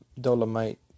Dolomite